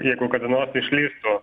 jeigu kada nors išlįstų